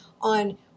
on